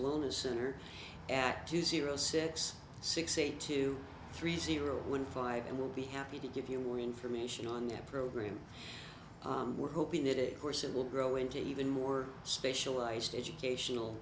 wellness center act two zero six six eight two three zero one five and we'll be happy to give you more information on that program we're hoping that it course it will grow into even more specialized educational